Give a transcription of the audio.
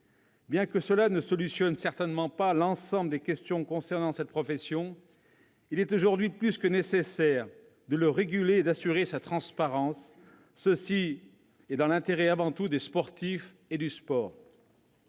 Bien que cela ne réponde certainement pas à l'ensemble des questions concernant cette profession, il est aujourd'hui plus que nécessaire de le réguler et d'assurer sa transparence, et ce dans l'intérêt premier des sportifs et du sport.